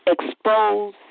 expose